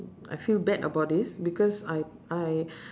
I feel bad about this because I I